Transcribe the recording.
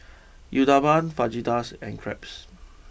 Uthapam Fajitas and Crepes